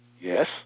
Yes